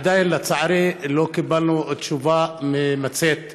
עדיין, לצערי, לא קיבלנו תשובה ממצה.